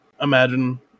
imagine